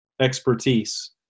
expertise